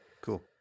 Cool